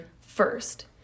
first